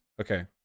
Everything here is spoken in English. okay